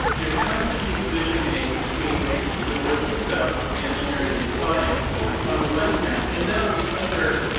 there has to be a division made between the work itself the engineering and the science on the one hand, and then on the other,